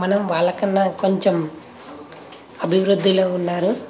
మనం వాళ్ళ కొన్న కొంచెం అభివృద్ధిలో ఉన్నారు